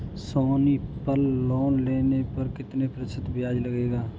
सोनी पल लोन लेने पर कितने प्रतिशत ब्याज लगेगा?